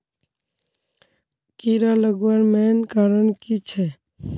कीड़ा लगवार मेन कारण की छे?